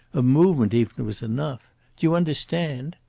a movement even was enough. do you understand?